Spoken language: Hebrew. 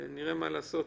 נראה מה לעשות.